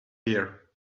here